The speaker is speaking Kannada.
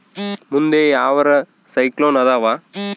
ಮುಂದೆ ಯಾವರ ಸೈಕ್ಲೋನ್ ಅದಾವ?